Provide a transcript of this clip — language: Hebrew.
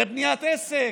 לבניית עסק,